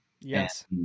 Yes